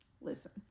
listen